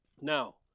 Now